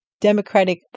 Democratic